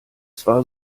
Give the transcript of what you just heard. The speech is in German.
zwar